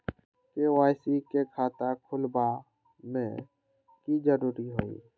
KYC के खाता खुलवा में की जरूरी होई?